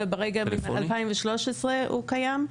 מ-2013 הוא קיים.